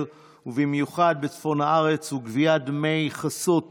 ובמיוחד בצפון הארץ וגביית דמי חסות